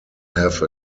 have